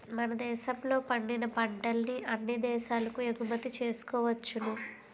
మన దేశంలో పండిన పంటల్ని అన్ని దేశాలకు ఎగుమతి చేసుకోవచ్చును